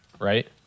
right